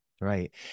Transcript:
Right